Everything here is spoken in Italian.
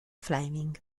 fleming